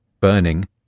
burning